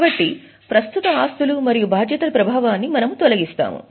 కాబట్టి ప్రస్తుత ఆస్తులు మరియు బాధ్యతల ప్రభావాన్ని మనము తొలగిస్తాము